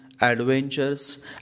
adventures